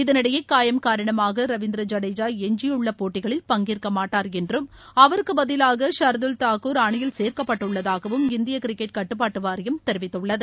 இதனிஎடயே காயம் காரணமாக ரவீந்திர ஜடேஜா எஞ்சியுள்ள போட்டிகளில் பங்கேற்க மாட்டார் என்றும் அவருக்குப் பதிலாக சா்துல் தாக்கூர் அணியில் சேர்க்கப்பட்டுள்ளதாகவும் இந்திய கிரிக்கெட் கட்டுப்பாட்டு வாரியம் தெரிவித்துள்ளது